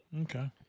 Okay